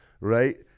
right